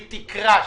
בבקשה.